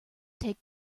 take